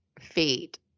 feet